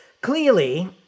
clearly